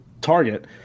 target